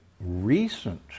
recent